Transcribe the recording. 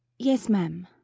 yes, ma'am.